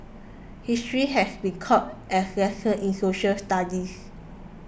history has been taught as 'lessons' in social studies